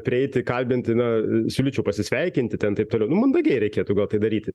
prieiti kalbinti na siūlyčiau pasisveikinti ten taip toliau nu mandagiai reikėtų gal tai daryti